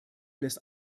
lässt